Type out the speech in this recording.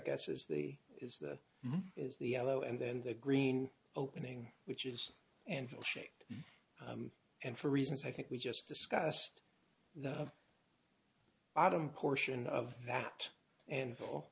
guess is the is the is the yellow and then the green opening which is and shaped and for reasons i think we just discussed the bottom portion of that and f